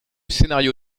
scénario